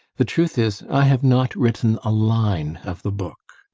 the truth is, i have not written a line of the book.